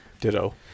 Ditto